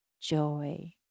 joy